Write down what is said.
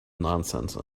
nonsense